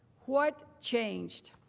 what change?